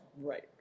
Right